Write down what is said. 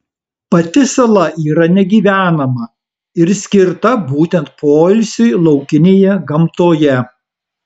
pati sala yra negyvenama ir skirta būtent poilsiui laukinėje gamtoje